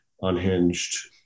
unhinged